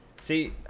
see